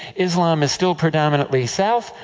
islam is still predominantly south,